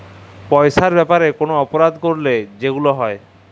পইসার ব্যাপারে কল অপরাধ ক্যইরলে যেগুলা হ্যয়